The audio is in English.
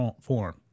form